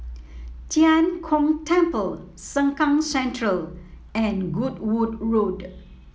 Tian Kong Temple Sengkang Central and Goodwood Road